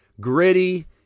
gritty